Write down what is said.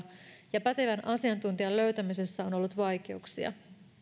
ja pätevän asiantuntijan löytämisessä on ollut vaikeuksia